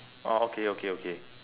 orh okay okay okay